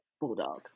bulldog